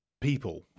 people